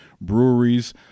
breweries